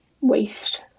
waste